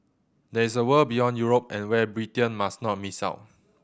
there is a world beyond Europe and where Britain must not miss out